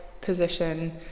position